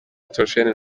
theogene